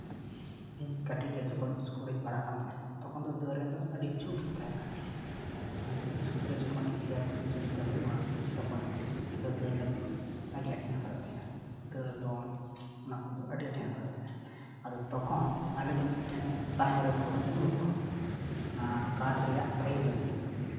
ᱤᱧ ᱠᱟᱹᱴᱤᱡ ᱨᱮ ᱡᱚᱠᱷᱚᱱ ᱥᱠᱩᱞ ᱨᱤᱧ ᱯᱟᱲᱦᱟᱜ ᱠᱟᱱ ᱛᱟᱦᱮᱱᱟ ᱛᱚᱠᱷᱚᱱ ᱫᱚ ᱫᱟᱹᱲ ᱨᱮᱫᱚ ᱟᱹᱰᱤ ᱡᱷᱩᱸᱠ ᱤᱧ ᱛᱟᱦᱮᱸ ᱠᱟᱱᱟ ᱚᱱᱟᱛᱮ ᱥᱠᱩᱞ ᱨᱮ ᱡᱚᱠᱷᱚᱱ ᱠᱨᱤᱲᱟ ᱯᱨᱚᱛᱤᱡᱳᱜᱤᱛᱟ ᱦᱩᱭᱩᱜᱼᱟ ᱛᱚᱠᱷᱚᱱ ᱫᱟᱹᱲ ᱜᱟᱛᱮᱜ ᱟᱹᱰᱤ ᱟᱸᱴᱤᱧ ᱦᱟᱛᱟᱣᱮᱫ ᱛᱟᱦᱮᱱᱟ ᱫᱟᱹᱲ ᱫᱚᱱ ᱚᱱᱟ ᱠᱚᱫᱚ ᱟᱹᱰᱤ ᱟᱸᱴᱤᱧ ᱦᱟᱛᱟᱣᱮᱫ ᱛᱟᱦᱮᱱᱟ ᱟᱫᱚ ᱛᱚᱠᱷᱚᱱ ᱟᱞᱮ ᱫᱚ ᱢᱤᱫᱴᱮᱱ ᱛᱟᱭᱚᱢ ᱨᱮ ᱢᱤᱫ ᱦᱚᱲᱮ ᱛᱤᱸᱜᱩ ᱠᱚᱜᱼᱟ ᱚᱱᱟ ᱠᱟᱴᱷ ᱨᱮᱭᱟᱜ ᱛᱷᱟᱭᱚ ᱞᱟᱹᱜᱤᱫ